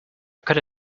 could